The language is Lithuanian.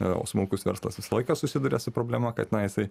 o smulkus verslas visą laiką susiduria su problema kad na jisai